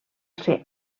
ser